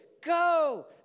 Go